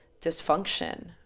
dysfunction